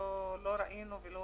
לא ראינו ולא